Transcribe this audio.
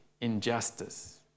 injustice